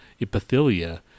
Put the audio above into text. epithelia